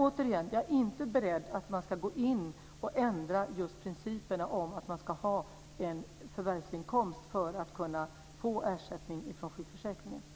Återigen: Jag är inte beredd att ändra principen om att man ska ha en förvärvsinkomst för att kunna få ersättning från sjukförsäkringen.